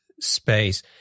space